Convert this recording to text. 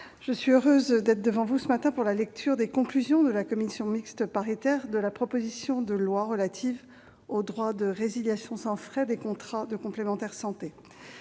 je suis heureuse de m'exprimer devant vous au sujet des conclusions de la commission mixte paritaire sur la proposition de loi relative au droit de résiliation sans frais des contrats de complémentaire santé.